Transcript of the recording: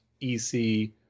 EC